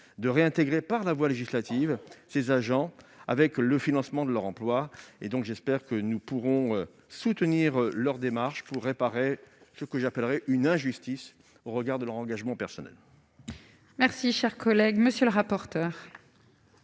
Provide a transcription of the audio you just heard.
de réintégrer, par la voie législative, ces agents avec le financement de leur emploi. J'espère que nous pourrons soutenir leur démarche pour réparer ce que j'appellerai une injustice au regard de leur engagement personnel. Quel est l'avis de la